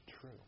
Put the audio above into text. true